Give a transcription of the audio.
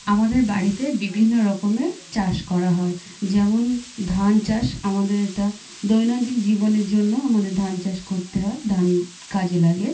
আমাদের বাড়িতে বিভিন্ন রকমের চাষ করা হয় যেমন ধান চাষ আমাদের এটা দৈনন্দিন জীবনের জন্য আমাদের ধান চাষ করতে হয় ধান কাজে লাগে